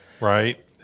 right